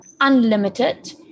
unlimited